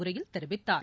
உரையில் தெரிவித்தார்